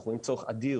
אנחנו רואים צורך אדיר